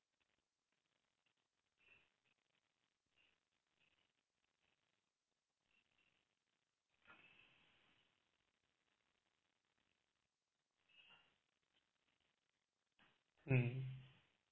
um